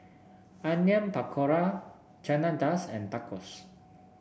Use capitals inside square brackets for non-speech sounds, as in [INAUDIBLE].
Onion Pakora Chana [UNINTELLIGIBLE] and Tacos